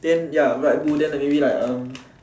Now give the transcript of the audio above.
than ya light blue than maybe like um